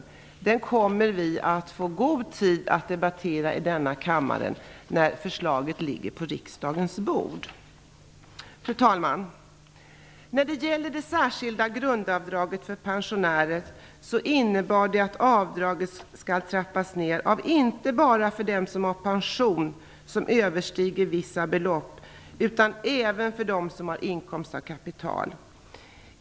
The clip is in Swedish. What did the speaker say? Kompletteringspropositionen kommer vi dock att få god tid att debattera i denna kammare när förslaget väl ligger på riksdagens bord. Fru talman! Förslaget om det särskilda grundavdraget för pensionärer innebär att avdraget skall trappas ner inte bara för dem som har en pension som överstiger vissa belopp utan även för dem som har inkomst av kapital.